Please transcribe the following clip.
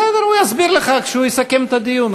בסדר, הוא יסביר לך כשהוא יסכם את הדיון.